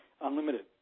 unlimited